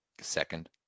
second